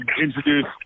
introduced